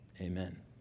amen